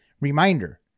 reminder